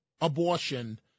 abortion